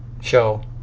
show